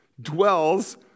dwells